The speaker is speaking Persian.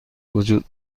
وجود